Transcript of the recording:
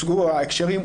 הוצגו ההקשרים,